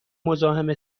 مزاحم